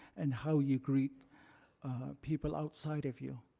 and how you greet people outside of you.